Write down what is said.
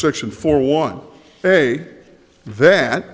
section four one day that